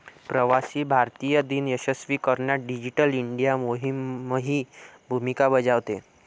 प्रवासी भारतीय दिन यशस्वी करण्यात डिजिटल इंडिया मोहीमही भूमिका बजावत आहे